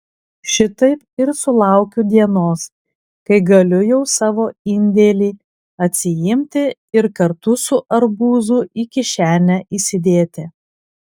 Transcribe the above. šitaip ir sulaukiu dienos kai galiu jau savo indėlį atsiimti ir kartu su arbūzu į kišenę įsidėti